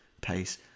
pace